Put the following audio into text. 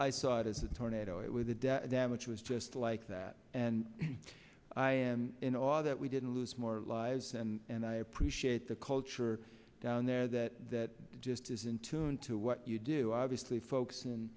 i saw it as a tornado it where the death damage was just like that and i am in awe that we didn't lose more lives and i appreciate the culture down there that that just is in tune to what you do obviously folks